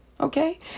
Okay